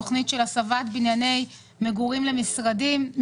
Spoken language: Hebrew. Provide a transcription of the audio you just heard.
רק אתמול עברה בוועדת הפנים תוכנית של הסבת משרדים לביקורים.